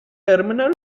terminal